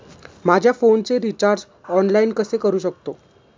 माझ्या फोनचे recharge online कसे करू शकतो?